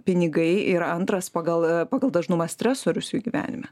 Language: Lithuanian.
pinigai yra antras pagal pagal dažnumą stresorius jų gyvenime